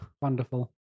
wonderful